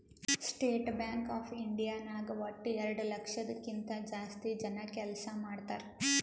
state bank of India ನಾಗ್ ವಟ್ಟ ಎರಡು ಲಕ್ಷದ್ ಕಿಂತಾ ಜಾಸ್ತಿ ಜನ ಕೆಲ್ಸಾ ಮಾಡ್ತಾರ್